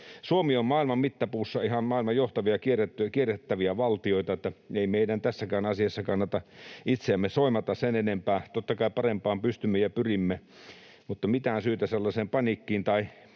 Suomi on maailman mittapuussa ihan maailman johtavia kierrättäviä valtioita, niin että ei meidän tässäkään asiassa kannata itseämme soimata sen enempää. Totta kai parempaan pystymme ja pyrimme, mutta ei ole mitään syytä paniikkiin tai